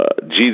Jesus